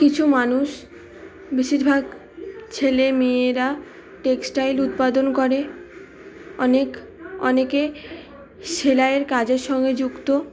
কিছু মানুষ বেশিরভাগ ছেলেমেয়েরা টেক্সটাইল উৎপাদন করে অনেক অনেকে সেলাইয়ের কাজের সঙ্গে যুক্ত